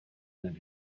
than